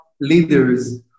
leaders